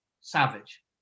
savage